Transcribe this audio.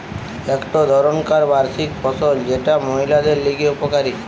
একটো ধরণকার বার্ষিক ফসল যেটা মহিলাদের লিগে উপকারী